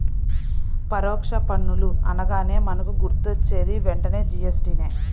పరోక్ష పన్నులు అనగానే మనకు గుర్తొచ్చేది వెంటనే జీ.ఎస్.టి నే